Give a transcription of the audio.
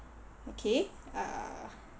okay uh